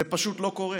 זה פשוט לא קורה.